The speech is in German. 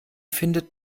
findet